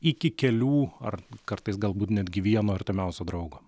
iki kelių ar kartais galbūt netgi vieno artimiausio draugo